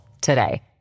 today